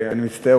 אני מצטער,